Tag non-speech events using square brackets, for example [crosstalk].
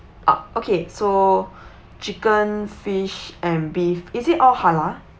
ah okay so [breath] chicken fish and beef is it all halal